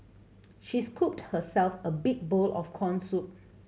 she scooped herself a big bowl of corn soup